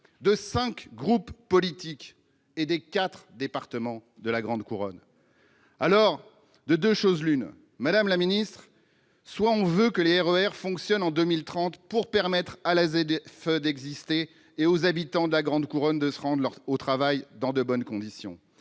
de cinq groupes politiques et représentant les quatre départements de la grande couronne. Alors, de deux choses l'une, madame la ministre : soit on veut que les RER fonctionnent en 2030 de manière à permettre à la ZFE d'exister et aux habitants de la grande couronne de se rendre à leur travail dans de bonnes conditions,